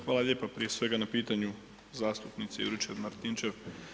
Hvala lijepa prije svega na pitanju zastupnici Juričev- Martinčev.